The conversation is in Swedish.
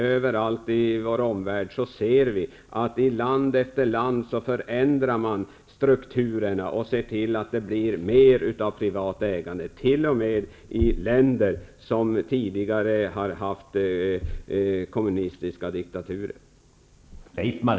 Överallt i vår omvärld ser vi att man i land efter land förändrar strukturerna och ser till att det blir mer av privat ägande, t.o.m. i länder som tidigare har haft kommunistiska diktaturer.